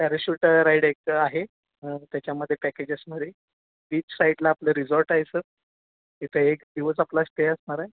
parachute ride एक आहे त्याच्यामध्ये पॅकेजेसमध्ये बीच साईडला आपलं रिझॉर्ट आहे सर तिथे एक दिवस आपला स्टे असणार आहे